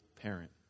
parent